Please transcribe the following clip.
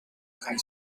zijn